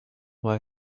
why